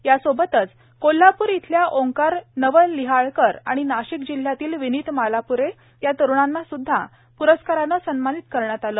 यासोबतच कोल्हापूर इथल्या ओंकार नवलिहाळकर आणि नाशिक जिल्ह्यातील विनित मालप्रे या तरुणांना सुद्धा प्रस्काराने सन्मानित करण्यात आले